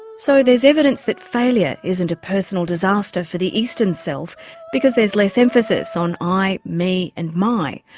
so there's evidence that failure isn't a personal disaster for the eastern self because there's less emphasis on i, me and my.